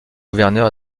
gouverneur